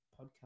podcast